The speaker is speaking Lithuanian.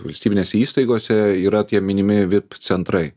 valstybinėse įstaigose yra tie minimi vip centrai